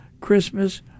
Christmas